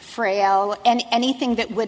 for a zero and anything that would